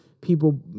people